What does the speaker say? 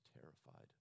terrified